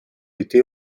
été